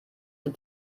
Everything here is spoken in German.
zum